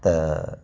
त